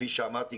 כפי שאמרתי,